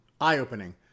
eye-opening